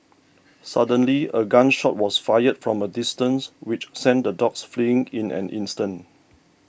suddenly a gun shot was fired from a distance which sent the dogs fleeing in an instant